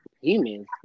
humans